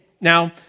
now